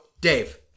Dave